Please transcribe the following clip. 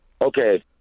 okay